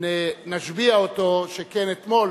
נשביע אותו, שכן אתמול